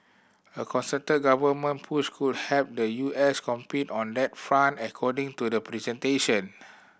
a concerted government push could help the U S compete on that front according to the presentation